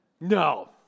No